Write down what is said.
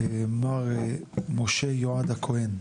מר משה יועד הכהן.